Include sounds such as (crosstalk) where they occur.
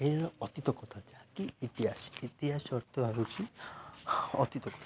ଏହି ଅତୀତ କଥା ଯାହା ଇତିହାସ ଇତିହାସ ତ (unintelligible) ଅତୀତ କଥା